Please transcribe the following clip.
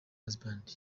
husband